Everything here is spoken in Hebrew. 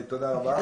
תודה רבה.